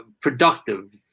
productive